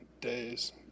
days